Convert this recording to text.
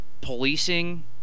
policing